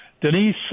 Denise